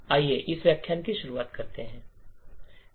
आइए इस व्याख्यान की शुरुआत करें